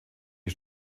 die